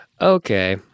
Okay